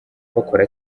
bakora